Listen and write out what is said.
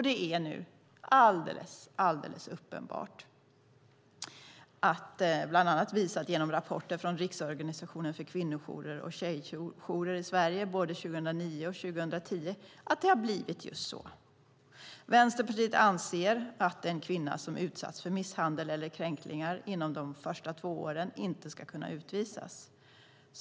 Det är nu alldeles uppenbart, bland annat genom rapporter från Riksorganisationen för kvinnojourer och tjejjourer i Sverige både 2009 och 2010, att det har blivit just så. Vänsterpartiet anser att en kvinna som utsatts för misshandel eller kränkningar inom de första två åren inte ska kunna utvisas.